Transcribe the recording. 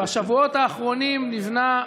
בשבועות האחרונים נבנה,